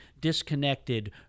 disconnected